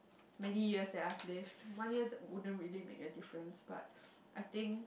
many years that I've lived one year wouldn't really make a difference but I think